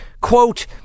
Quote